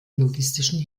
logistischen